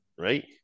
right